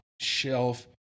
shelf